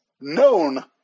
Known